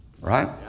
Right